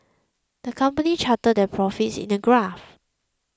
the company charted their profits in a graph